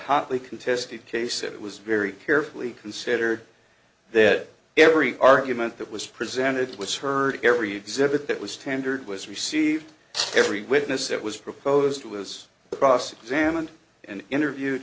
hotly contested case it was very carefully considered that every argument that was presented was heard every exhibit that was tendered was received every witness that was proposed was cross examined and interview